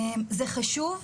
זה חשוב,